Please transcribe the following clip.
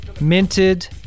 minted